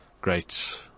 great